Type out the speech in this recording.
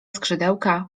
skrzydełka